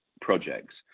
projects